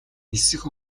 нисэх